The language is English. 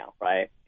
right